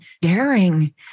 daring